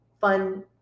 fun